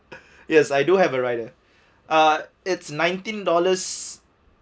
yes I do have a rider uh it's nineteen dollars